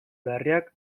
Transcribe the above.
larriak